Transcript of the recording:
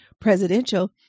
presidential